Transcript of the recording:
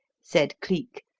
said cleek,